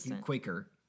Quaker